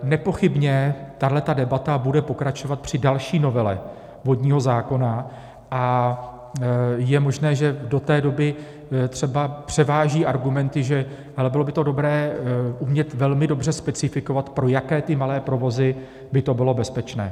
Nepochybně tahle debata bude pokračovat při další novele vodního zákona a je možné, že do té doby třeba převáží argumenty, že... ale bylo by to dobré umět velmi dobře specifikovat, pro jaké malé provozy by to bylo bezpečné.